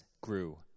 grew